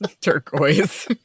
turquoise